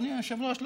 אדוני היושב-ראש,